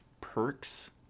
perks